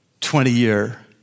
20-year